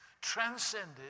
Transcended